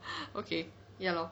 okay ya lor